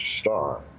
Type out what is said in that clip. star